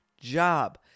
job